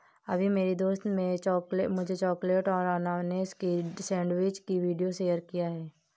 अभी मेरी दोस्त ने मुझे चॉकलेट और अनानास की सेंडविच का वीडियो शेयर किया है